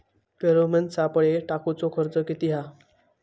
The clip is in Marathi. फेरोमेन सापळे टाकूचो खर्च किती हा?